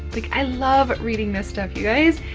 like i love reading this stuff you guys.